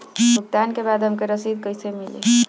भुगतान के बाद हमके रसीद कईसे मिली?